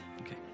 Okay